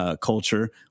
culture